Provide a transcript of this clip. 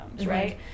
right